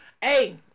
Hey